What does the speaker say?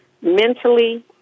mentally